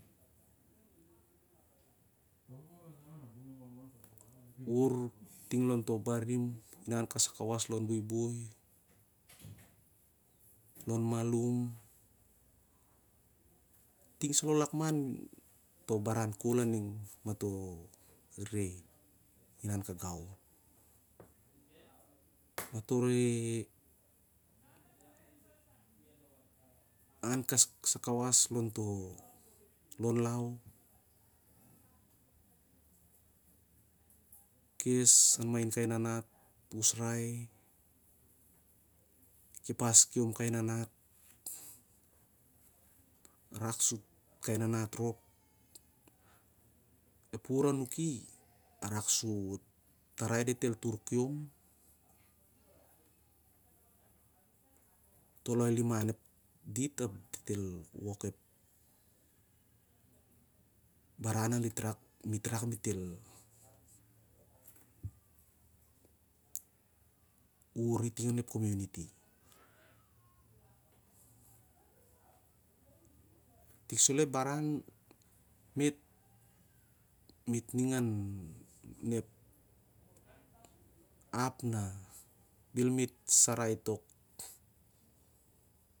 Ur ting lon to barim sai kawas lon buibui lon ma. Lum ting son lakman to barau kol aning mato re in an kagau mato re inan kasai kawas lon to lon iau kes an main e nana mato usrai kepas kiom kai nanat rak su kai nanat rop ep ur a naki arak su tarai dit el tur kiom toloi liman dit ap dit el wok ep baran na mit rak mit el uri ting onep kominity tik salo ep baran mit ning onep ap na bel mit sarai tok.